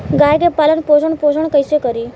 गाय के पालन पोषण पोषण कैसे करी?